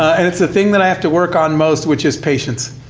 and it's the thing that i have to work on most, which is patience.